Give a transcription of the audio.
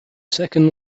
second